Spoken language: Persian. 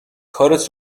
کارت